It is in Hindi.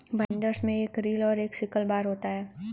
बाइंडर्स में एक रील और एक सिकल बार होता है